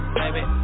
baby